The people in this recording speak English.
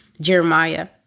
Jeremiah